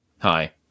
Hi